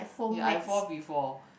ya I fall before